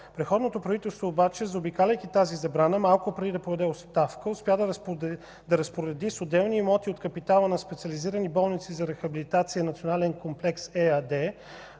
Предходното правителство обаче, заобикаляйки тази забрана, малко преди да подаде оставка успя да се разпореди с отделни имоти от капитала на „Специализирани болници за рехабилитация – Национален комплекс”